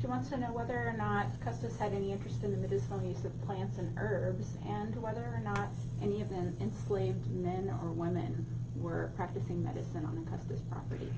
she wants to know whether or not custis had any interest in the medicinal use of plants and herbs, and whether or not any of the enslaved men or women were practicing medicine on the custis property.